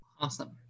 Awesome